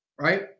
right